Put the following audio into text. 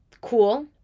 cool